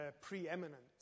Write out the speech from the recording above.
preeminent